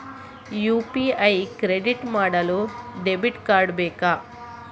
UPI create ಮಾಡಲು debit card ಬೇಕಾ?